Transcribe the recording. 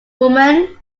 woman